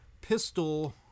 pistol